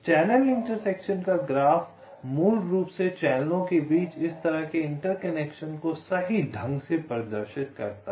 channel intersection का graph मूल रूप से चैनलों के बीच इस तरह के इंटरसेक्शन को सही ढंग से प्रदर्शित करता है